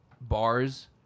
bars